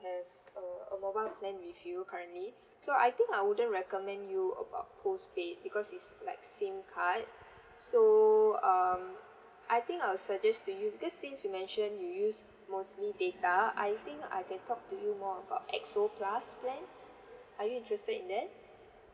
have a a mobile plan with you currently so I think I wouldn't recommend you about postpaid because it's like SIM card so um I think I'll suggest to you because since you mentioned you use mostly data I think I can talk to you more about X O plus plans are you interested in that